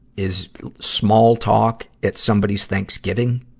is small talk, it's somebody's thanksgiving.